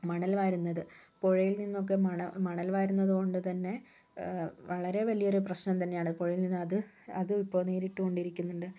മണൽ വാരുന്നത് പുഴയിൽ നിന്നൊക്കെ മണ മണൽ വാരുന്നത് കൊണ്ട് തന്നെ വളരെ വലിയൊരു പ്രശ്നം തന്നെയാണ് പുഴയിൽ നിന്ന് അത് അത് ഇപ്പൊൾ നേരിട്ടുകൊണ്ടിരിക്കുന്നുണ്ട്